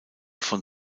von